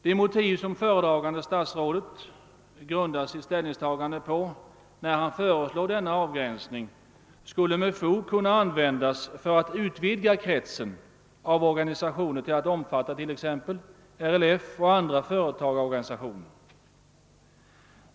De motiv som föredragande statsrådet grundar sitt ställningstagande på när han föreslår denna avgränsning skulle med fog kunna användas för att utvidga kretsen av organisationer till att omfatta t.ex. RLF och andra företagarorganisationer.